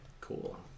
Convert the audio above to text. cool